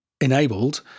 enabled